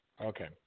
Okay